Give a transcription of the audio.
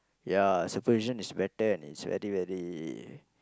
ya supervision is better and is very very